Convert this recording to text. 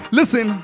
listen